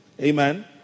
Amen